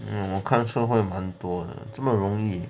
嗯我看是会蛮多的这么容易